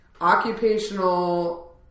occupational